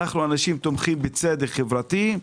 אנו אנשים שתומכים בצדק חברתי.